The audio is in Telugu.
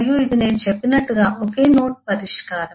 మరియు ఇది నేను చెప్పినట్లుగా ఒకే నోట్ పరిష్కారం